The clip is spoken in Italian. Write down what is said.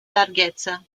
larghezza